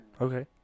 Okay